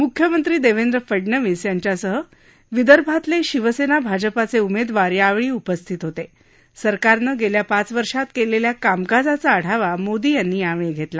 मुख्यमंत्री दक्षे फडनवीस यांच्यासह विदर्भातलशिवसमी भाजपाचउमद्ववार यावळी उपस्थित होत सरकारनं गळ्वा पाच वर्षांत कळिळ्वा कामकाजाचा आढावा मोदी यांनी यावळी घरला